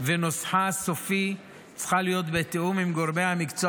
וניסוחה הסופי צריכות להיות בתיאום עם גורמי המקצוע